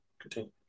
continue